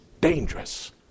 dangerous